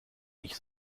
nicht